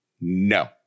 No